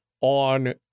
on